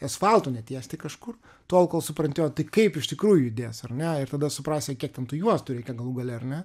asfaltu netiesti kažkur tol kol supranti o tai kaip iš tikrųjų judės ar ne ir tada suprasi kiek ten tų juostų reikia galų gale ar ne